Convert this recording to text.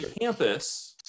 campus